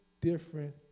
different